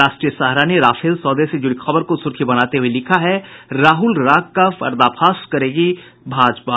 राष्ट्रीय सहारा ने राफेल सौदे से जुड़ी खबर को सुर्खी बनाते हुए लिखा है राहुल राग का पर्दाफाश करेगी भाजपा